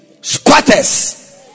squatters